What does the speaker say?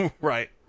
Right